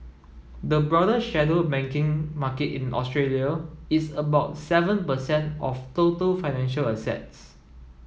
the broader shadow banking market in Australia is about seven per cent of total financial assets